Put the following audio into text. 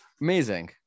amazing